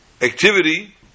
Activity